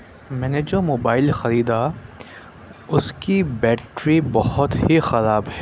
میں نے جو موبائل خریدا اُس کی بیٹری بہت ہی خراب ہے